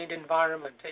environment